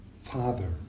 Father